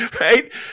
Right